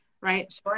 right